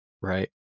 Right